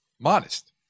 modest